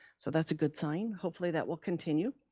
so that's a good sign. hopefully that will continue.